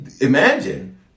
imagine